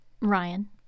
Ryan